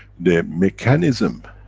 the mechanism,